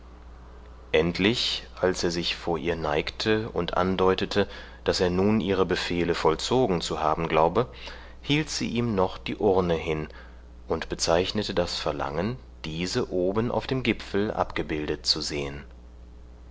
endlich als er sich vor ihr neigte und andeutete daß er nun ihre befehle vollzogen zu haben glaube hielt sie ihm noch die urne hin und bezeichnete das verlangen diese oben auf dem gipfel abgebildet zu sehen